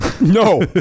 No